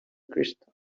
crystal